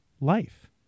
life